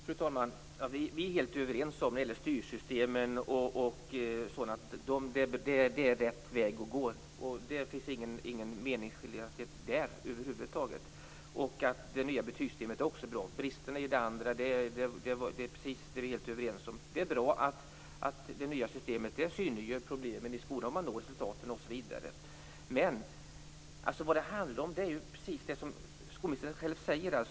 Fru talman! Vi är helt överens om att styrsystemen är rätt väg att gå. Det finns över huvud taget ingen meningsskiljaktighet på den punkten. Vi är också överens om att det nya betygssystemet är bra, liksom om bristerna i det andra. Det nya systemet synliggör problemen i skolan, man når resultaten, osv. Vad det handlar om är precis det som skolministern själv tar upp.